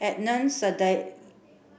Adnan Saidi